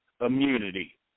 immunity